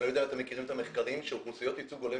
אני לא יודע אם אתם מכירים את המחקרים שלאוכלוסיות ייצוג הולם,